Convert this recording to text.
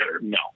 No